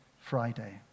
Friday